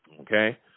Okay